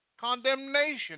condemnation